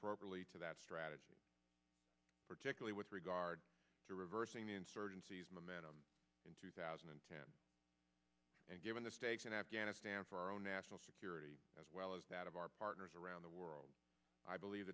properly to that strategy particularly with regard to reversing the insurgency's momentum in two thousand and ten and given the stakes in afghanistan for our own national security as well as that of our partners around the world i believe